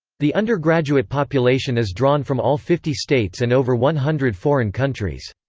the undergraduate population is drawn from all fifty states and over one hundred foreign countries.